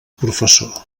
professor